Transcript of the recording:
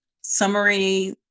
summary